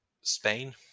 Spain